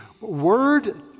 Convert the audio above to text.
word